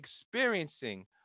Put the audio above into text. experiencing